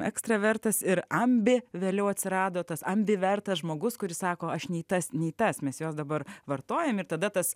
ekstravertas ir ambi vėliau atsirado tas ambivertas žmogus kuris sako aš nei tas nei tas mes juos dabar vartojam ir tada tas